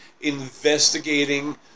investigating